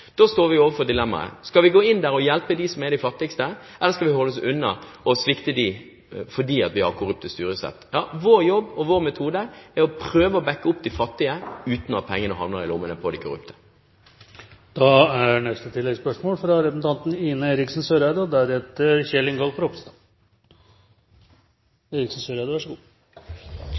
Da står vi overfor dilemmaet: Skal vi gå inn der og hjelpe dem som er de fattigste, eller skal vi holde oss unna og svikte dem fordi de har korrupte styresett? Vår jobb, og vår metode, er å prøve å bakke opp de fattige uten at pengene havner i lommene på de korrupte. Ine M. Eriksen Søreide – til oppfølgingsspørsmål. Høyres klare prioritet – både i regjering og